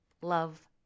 love